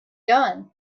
done